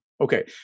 Okay